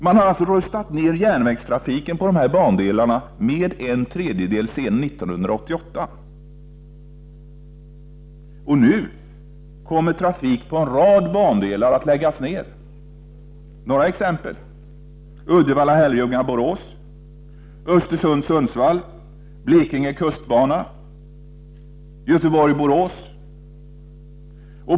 Man har rustat ner järnvägstrafiken på dessa bandelar med en tredjedel sedan 1988. Nu kommer trafik på en rad bandelar att läggas ner. Jag skall nämna några exempel: Uddevalla-Herrljunga-Borås, Östersund-Sundsvall, Blekinge kustbana, Göteborg-Borås.